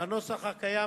בנוסח הקיים,